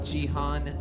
Jihan